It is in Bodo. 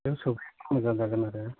बेयाव सोफैबा मोजां जागोन आरो